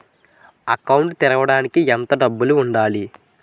Account తెరవడానికి ఎంత డబ్బు ఉండాలి?